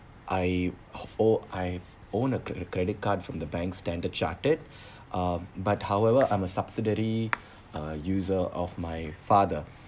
I ho~ owe I own a cre~ credit card from the bank standard chartered uh but however I'm a subsidiary uh user of my father